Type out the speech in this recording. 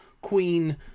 queen